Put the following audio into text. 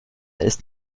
ist